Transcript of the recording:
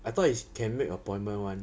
I thought is can make appointment [one]